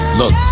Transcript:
look